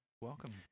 welcome